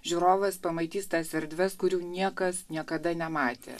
žiūrovas pamatys tas erdves kurių niekas niekada nematė